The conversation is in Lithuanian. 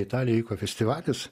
italijoj festivalis